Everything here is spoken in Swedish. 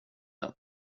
det